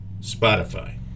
Spotify